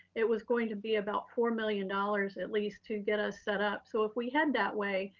it was going to be about four million dollars, at least, to get us set up. so if we head that way,